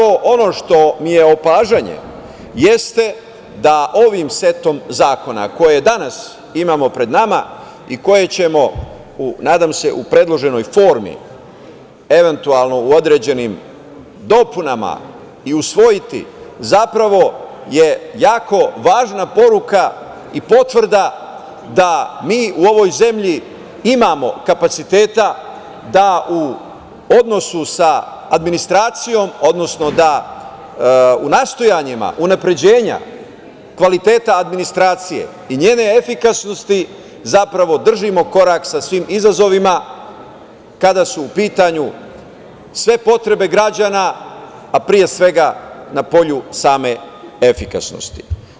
Ono što mi je opažanje, jeste da ovim setom zakona koje danas imamo pred nama i koje ćemo, nadam se u predloženoj formi, eventualno u određenim dopunama, u usvojiti, zapravo je jako važna poruka i potvrda da mi u ovoj zemlji imamo kapaciteta da u odnosu sa administracijom, odnosno da u nastojanjima unapređenja kvaliteta administracije i njene efikasnosti zapravo držimo korak sa svim izazovima kada su u pitanju sve potrebe građana, a pre svega na polju same efikasnosti.